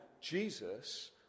Jesus